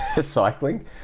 cycling